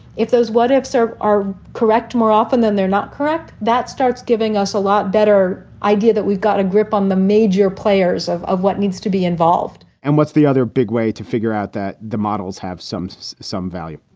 if those what ifs are are correct more often than they're not correct. that starts giving us a lot better idea that we've got a grip on the major players of of what needs to be involved and what's the other big way to figure out that the models have some so some value.